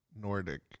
Nordic